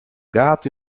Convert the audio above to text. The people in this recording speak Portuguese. gato